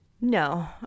No